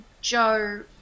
Joe